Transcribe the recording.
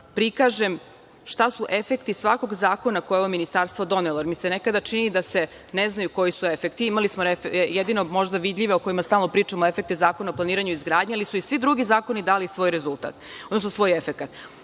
šta su efekti svakog zakona koje je ovo ministarstvo donelo, jer mi se nekada čini da se ne znaju koji su efekti, imali smo, možda jedino vidljive, o kojima stalno pričamo, efekte Zakona o planiranju i izgradnji, ali su i svi drugi zakoni dali svoj efekat, dakle, da vidimo